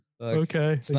okay